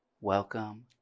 Welcome